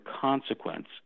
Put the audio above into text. consequence